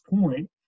Point